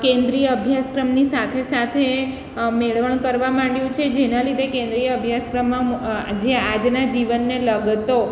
કેન્દ્રીય અભ્યાસક્રમની સાથે સાથે મેળવણ કરવા માંડ્યું છે જેના લીધે કેન્દ્રીય અભ્યાસક્રમમાં જે આજના જીવનને લગતો